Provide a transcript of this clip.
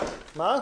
ובגלל זה אני